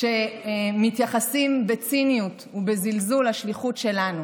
כשמתייחסים בציניות ובזלזול לשליחות שלנו?